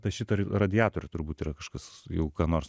tai šitą ri radiatorių turbūt kažkas jau ką nors